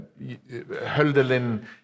Hölderlin